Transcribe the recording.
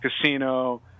casino